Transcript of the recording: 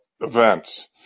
events